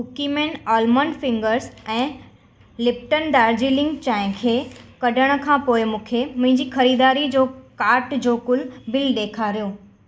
Cookieman almond fingers ऐं Lipton Darjeeling चांहि खे कढण खां पोइ मूंखे मुंहिंजी ख़रीदारी जो कार्ट जो कुल बिल ॾेखारियो